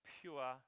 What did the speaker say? pure